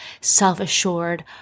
self-assured